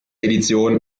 edition